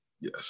yes